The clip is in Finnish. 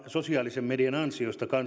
sosiaalisen median ansiosta